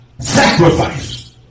sacrifice